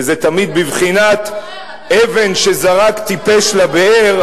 וזה תמיד בבחינת אבן שזרק טיפש לבאר,